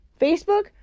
Facebook